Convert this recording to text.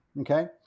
Okay